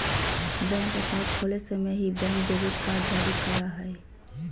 bank account खोले समय ही, बैंक डेबिट कार्ड जारी करा हइ